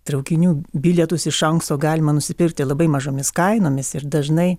traukinių bilietus iš anksto galima nusipirkti labai mažomis kainomis ir dažnai